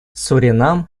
суринам